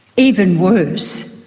even worse,